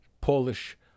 Polish